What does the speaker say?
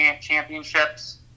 championships